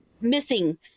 missing